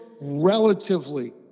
relatively